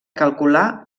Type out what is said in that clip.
calcular